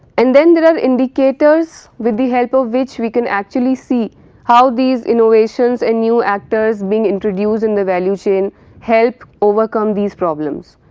and then there are indicators with the help of which we can actually see how these innovations and new actors being introduced in the value chain help overcome these problems.